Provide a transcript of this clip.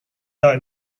like